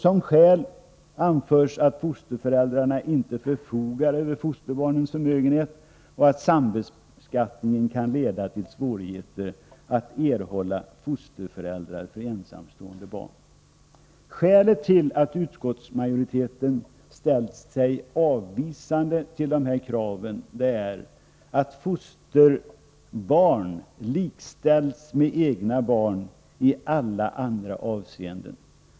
Som skäl anförs att fosterföräldrarna inte förfogar över fosterbarnens förmögenhet och att sambeskattningen kan leda till svårigheter att erhålla fosterföräldrar för ensamstående barn. Skälet till att utskottsmajoriteten ställt sig avvisande till det här kravet är att fosterbarn likställs med egna barn i alla andra avseenden.